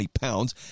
pounds